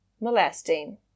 molesting